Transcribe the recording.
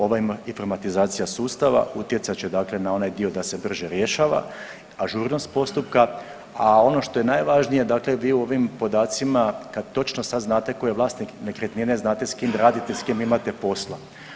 Ova informatizacija sustava utjecat će dakle na onaj dio da se brže rješava, ažurnost postupka, a ono što je najvažnije, dakle vi u ovim podacima kad točno sad znate tko je vlasnik nekretnine znate s kim radite, s kim imate posla.